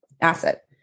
asset